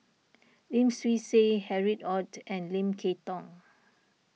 Lim Swee Say Harry Ord and Lim Kay Tong